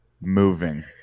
moving